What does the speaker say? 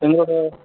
எங்களுக்கு ஒரு